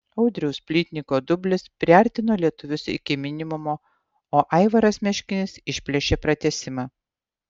audriaus plytniko dublis priartino lietuvius iki minimumo o aivaras meškinis išplėšė pratęsimą